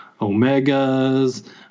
Omegas